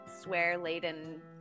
swear-laden